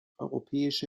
europäische